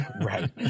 Right